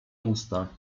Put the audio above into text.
usta